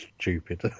stupid